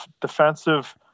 defensive